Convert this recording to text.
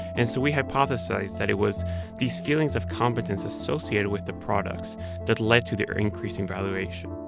and so we hypothesized that it was these feelings of competence associated with the products that led to their increasing valuation